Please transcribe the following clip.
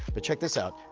but check this out.